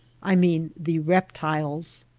i mean the reptiles.